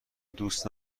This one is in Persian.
دوست